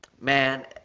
Man